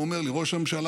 והוא אומר לי: ראש הממשלה,